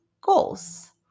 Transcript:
goals